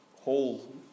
whole